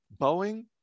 Boeing